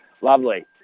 Lovely